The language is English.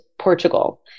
portugal